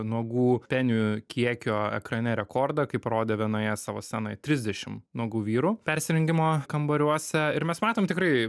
nuogų penių kiekio ekrane rekordą kai parodė vienoje savo scenoje trisdešim nuogų vyrų persirengimo kambariuose ir mes matom tikrai